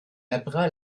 apprend